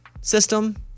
system